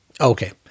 Okay